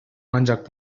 ancak